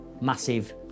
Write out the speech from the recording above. massive